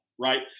right